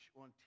on